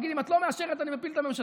יגיד: אם את לא מאשרת אני מפיל את הממשלה,